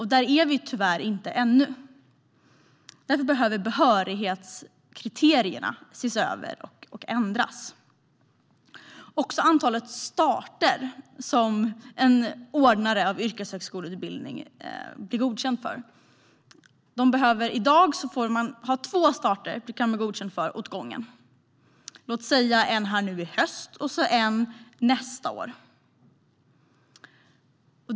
Här är vi tyvärr inte ännu, och därför behöver behörighetskriterierna ses över och ändras. En anordnare av yrkeshögskoleutbildning kan i dag bli godkänd för två starter i taget, till exempel en till hösten och en till nästa höst.